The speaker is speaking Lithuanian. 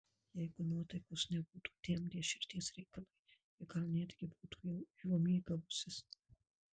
jeigu nuotaikos nebūtų temdę širdies reikalai ji gal netgi būtų juo mėgavusis